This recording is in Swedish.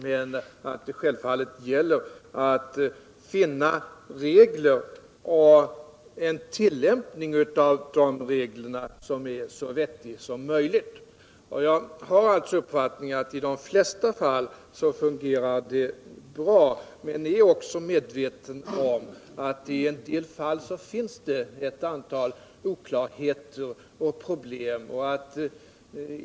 Men självfallet gäller det att finna vettiga regler och en så vettig tillämpning som möjligt av dessa regler. Jag har alltså uppfattningen att det fungerar bra i de flesta fall. Men jag är också medveten om att det i en hel del fall finns ett antal oklarheter och problem.